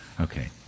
Okay